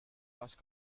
lost